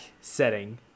setting